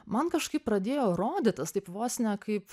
man kažkaip pradėjo rodytis taip vos ne kaip